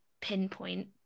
pinpoint